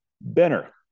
Benner